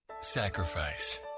sacrifice